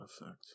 effect